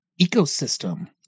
ecosystem